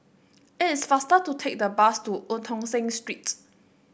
it's faster to take the bus to Eu Tong Sen Streets